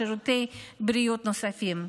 שירותי בריאות נוספים.